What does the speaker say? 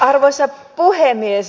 arvoisa puhemies